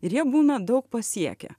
ir jie būna daug pasiekę